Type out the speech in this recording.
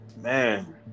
man